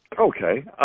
Okay